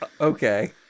Okay